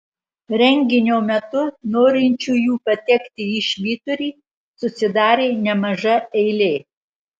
renginio metu norinčiųjų patekti į švyturį susidarė nemaža eilė